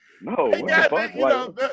No